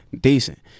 Decent